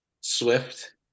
Swift